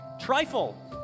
Trifle